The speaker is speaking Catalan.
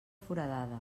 foradada